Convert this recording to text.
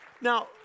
Now